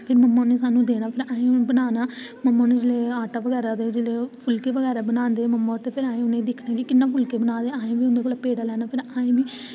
ते मम्मा नै स्हानू बेलना देना ते असें ओह् बनाना मम्मा नै आटा बगैरा गुनदे लोग ते फुल्के बगैरा बनांदे ते ओह् असें दिक्खना की कियां फुल्के बना दे ते असें बी पेड़ा लैना